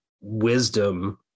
wisdom